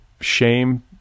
shame